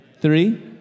Three